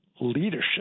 leadership